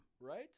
Right